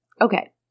Okay